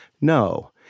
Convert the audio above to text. No